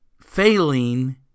Failing